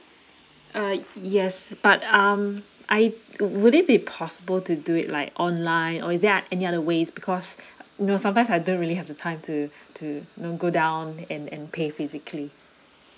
uh yes but um I would it be possible to do it like online or is there are any other ways because you know sometimes I don't really have the time to to you know go down there and and pay physically